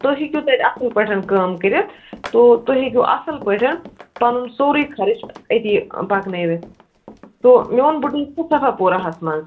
تُہۍ ہیٚکِو تَتہِ اصٕل پٲٹھۍ کٲم کٔرِتھ تو تۄہہِ ہیٚکِو اصٕل پٲٹھۍ پنُن سورٕے خرچ أتی پکنٲوِتھ تو میون بُٹیٖک چھُ صفاپوراہس منٛز